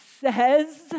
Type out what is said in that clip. says